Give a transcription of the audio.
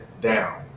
down